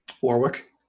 Warwick